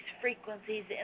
frequencies